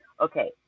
okay